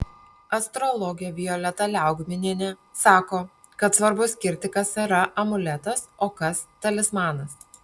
astrologė violeta liaugminienė sako kad svarbu skirti kas yra amuletas o kas talismanas